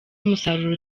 umusaruro